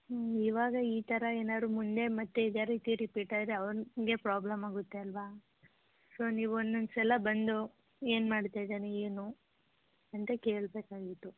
ಹ್ಞೂ ಇವಾಗ ಈ ಥರ ಏನಾರೂ ಮುಂದೆ ಮತ್ತೆ ಇದೇ ರೀತಿ ರಿಪೀಟ್ ಆದರೆ ಅವ್ನಿಗೇ ಪ್ರಾಬ್ಲಮ್ ಆಗುತ್ತೆ ಅಲ್ಲವಾ ಸೊ ನೀವು ಒಂದೊಂದ್ ಸಲ ಬಂದು ಏನು ಮಾಡ್ತಾಯಿದ್ದಾನೆ ಏನು ಅಂತ ಕೇಳಬೇಕಾಗಿತ್ತು